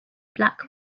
black